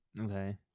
Okay